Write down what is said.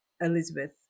Elizabeth